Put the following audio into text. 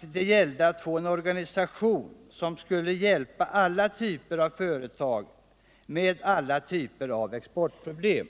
Det gällde att få en organisation, som skulle hjälpa alla typer av företag med alla slag av exportproblem.